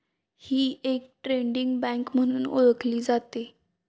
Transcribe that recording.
ही एक trading bank म्हणून ओळखली जाते